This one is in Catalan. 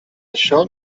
això